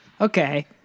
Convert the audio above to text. okay